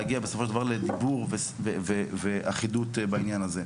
ולהגיע בסופו של דבר לדיבור ואחידות בעניין הזה.